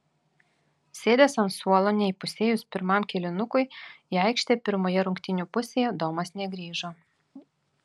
sėdęs ant suolo neįpusėjus pirmam kėlinukui į aikštę pirmoje rungtynių pusėje domas negrįžo